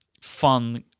fun